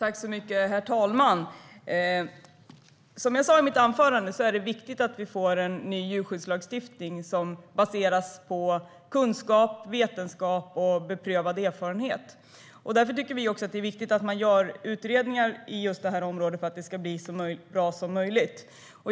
Herr talman! Som jag sa i mitt anförande är det viktigt att vi får en ny djurskyddslagstiftning som baseras på kunskap, vetenskap och beprövad erfarenhet. Därför tycker vi att det är viktigt att man gör utredningar på detta område för att det ska bli så bra som möjligt.